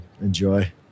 enjoy